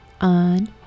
on